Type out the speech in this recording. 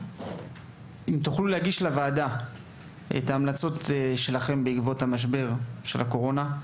- יוכל להגיש לוועדה את ההמלצות שלכם בעקבות משבר הקורונה,